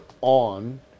on